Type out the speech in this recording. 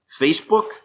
Facebook